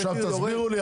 עכשיו תסבירו לי,